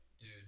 Dude